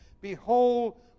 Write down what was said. Behold